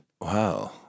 Wow